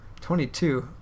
22